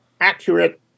accurate